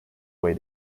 way